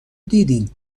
دیدیم